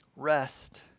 Rest